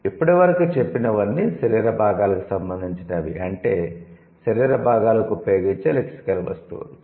ఇప్పటి వరకు చెప్పినవన్నీ శరీర భాగాలకు సంబంధించినవి అంటే శరీర భాగాలకు ఉపయోగించే లెక్సికల్ వస్తువులు